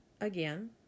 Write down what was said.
Again